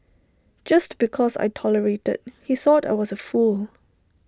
just because I tolerated he thought I was A fool